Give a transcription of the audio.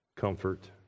comfort